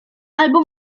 albo